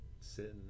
sitting